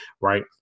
right